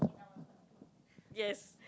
yes